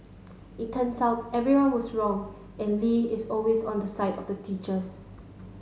it turns out everyone was wrong and Lee is always on the side of the teachers